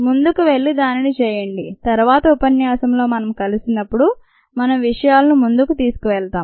ముందుకు వెళ్లి దానిని చేయండి తరువాత ఉపన్యాసంలో మనం కలిసినప్పుడు మనం విషయాలను ముందుకు తీసుకెళతాం